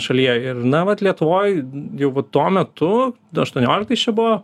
šalyje ir na vat lietuvoj jau vat tuo metu du aštuonioliktais čia buvo